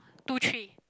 two three